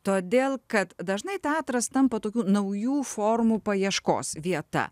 todėl kad dažnai teatras tampa tokių naujų formų paieškos vieta